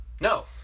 no